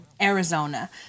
arizona